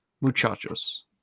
muchachos